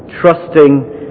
Trusting